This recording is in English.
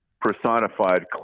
personified